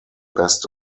best